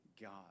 God